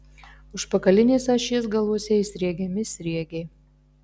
užpakalinės ašies galuose įsriegiami sriegiai